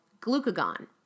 glucagon